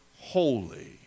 holy